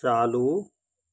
चालू